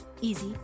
easy